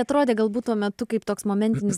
atrodė galbūt tuo metu kaip toks momentinis